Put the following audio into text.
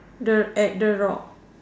the at the rock